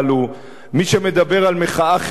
מי שמדבר על מחאה חברתית,